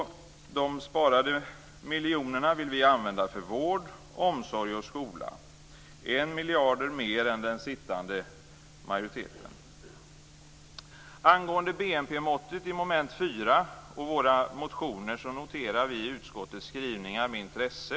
De sparade miljonerna vill vi använda för vård, omsorg och skola. Vi föreslår 1 miljard mer än den sittande majoriteten. och i våra motioner, noterar vi utskottets skrivningar med intresse.